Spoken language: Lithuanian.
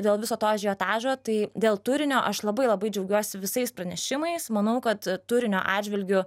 dėl viso to ažiotažo tai dėl turinio aš labai labai džiaugiuosi visais pranešimais manau kad turinio atžvilgiu